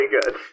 good